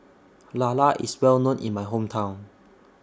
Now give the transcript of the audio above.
Lala IS Well known in My Hometown